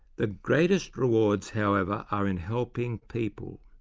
the greatest rewards, however, are in helping people.